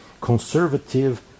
conservative